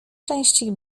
częściej